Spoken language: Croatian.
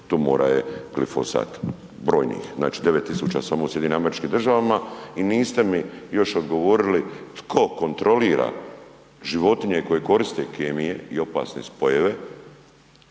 tumora je glofosat, brojnih, znači devet tisuća samo u Sjedinjenim američkim državama, i niste mi još odgovorili tko kontrolira životinje koje koriste kemije i opasne spojeve,